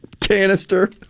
canister